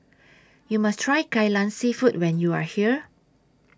YOU must Try Kai Lan Seafood when YOU Are here